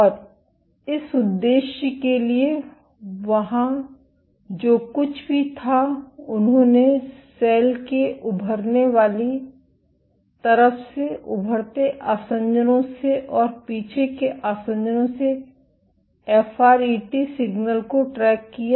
और इस उद्देश्य के लिए वहां जो कुछ भी था उन्होंने सेल के उभरने वाली तरफ से उभरते आसंजनों से और पीछे के आसंजनों से एफआरईटी सिग्नल को ट्रैक किया